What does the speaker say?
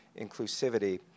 inclusivity